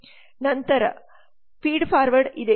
ನಂತರ ಮುಂದೆ ಭರಿಸು ಫೀಡ್ ಫಾರ್ವರ್ಡ್ ಇದೆ